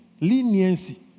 Leniency